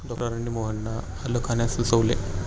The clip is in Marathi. डॉक्टरांनी मोहनला आलं खाण्यास सुचविले